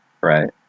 right